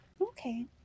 Okay